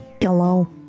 hello